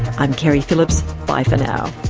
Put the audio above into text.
i'm keri phillips. bye for now